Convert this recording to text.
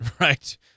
Right